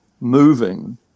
moving